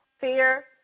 Fear